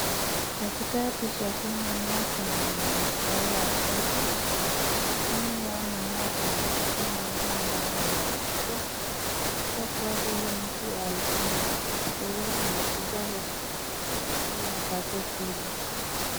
Katika picha hii naona Kuna madaktari watatu na chini yao, naona kuna mtu mmoja amelazwa, kuonyesha huyo mtu alikuwa na kasoro. Amekuja hospitali kupata tiba.